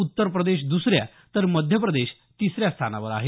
उत्तर प्रदेश दुसऱ्या तर मध्यप्रदेश तिसऱ्या स्थानावर आहे